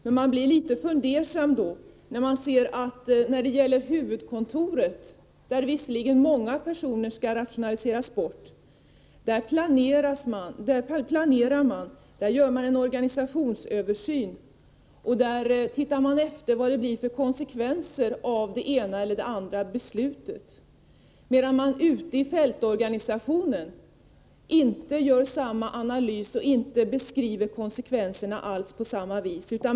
Men jag blir litet fundersam när man ser att då det gäller huvudkontoret — där visserligen många personer skall rationaliseras bort — planerar man, där gör man en organisationsöversyn och där tittar man efter vad det blir för konsekvenser av det ena eller andra beslutet, medan man ute i fältorganisationen inte gör samma analys och inte alls beskriver konsekvenserna på samma vis.